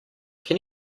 can